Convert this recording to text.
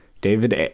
David